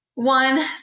One